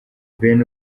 ben